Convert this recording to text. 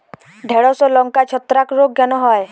ঢ্যেড়স ও লঙ্কায় ছত্রাক রোগ কেন হয়?